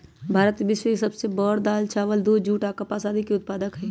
भारत विश्व के सब से बड़ दाल, चावल, दूध, जुट आ कपास के उत्पादक हई